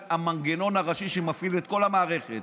ואולי המנגנון הראשי שמפעיל את כל המערכת.